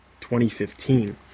2015